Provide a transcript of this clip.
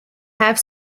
have